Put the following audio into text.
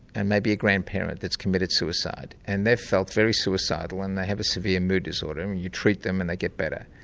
and maybe a grandparent, that's committed suicide. and they've felt very suicidal and they have a severe mood disorder and you treat them and they get better.